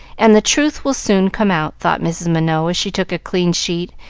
and the truth will soon come out, thought mrs. minot, as she took a clean sheet,